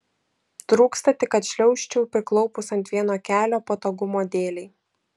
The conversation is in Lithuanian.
trūksta tik kad šliaužčiau priklaupus ant vieno kelio patogumo dėlei